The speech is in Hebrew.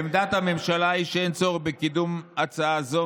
עמדת הממשלה היא שאין צורך בקידום הצעה זו,